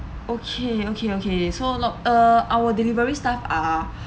okay okay okay so not uh our delivery staffs are